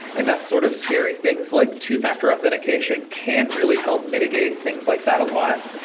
and that's sort of scary. things like two factor authentication can really help mitigate things like that a lot.